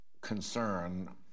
concern